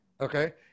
Okay